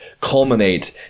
culminate